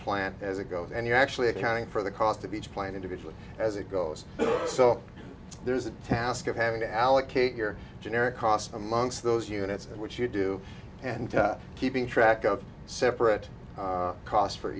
plant as a go of and you actually accounting for the cost of each plant individually as it goes so there's the task of having to allocate your generic cost amongst those units which you do and keeping track of separate costs for